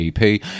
ep